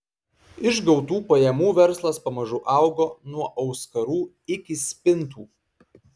iš gautų pajamų verslas pamažu augo nuo auskarų iki spintų